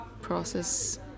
process